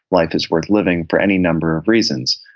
life is worth living, for any number of reasons.